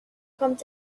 kommt